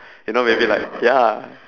you know maybe like ya